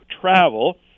Travel